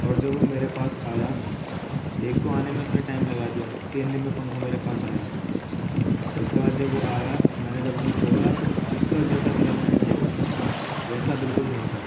اور جب وہ میرے پاس آیا ایک تو آنے میں اس نے ٹائم لگا دیا تین دن میں پنکھا میرے پاس آیا اس کے بعد جب وہ آیا میں نے جب اسے کھولا تو اس کا جیسا کلر میں نے دیکھا تھا ویسا بالکل نہیں تھا